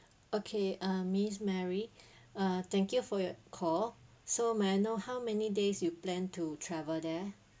okay uh miss mary uh thank you for your call so may I know how many days you plan to travel there